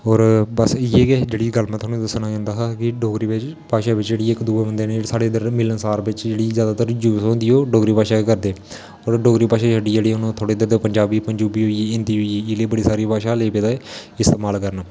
होर बस इ'यै गै जेह्ड़ी गल्ल में थुआनूं दस्सना चांह्दा हा कि डोगरी बिच्च भाशा जेह्ड़ी इक दुए बंदे नै साढ़े इद्धर दे मिलनसार बिच्च जैदातर जेह्ड़ी यूस होंदी ओह् डोगरी भाशा गै करदे न डोगरी भाशा जेहड़ी हून थोह्ड़े इद्धर दे पंजाबी पंजूबी होई गेई हिन्दी होई गेई एह् जेही बड़ी सारी भाशा लग्गी पेदे इस्तेमाल करन